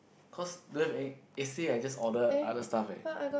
cause don't have any yesterday I just order other stuff eh